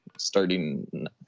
starting